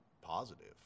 positive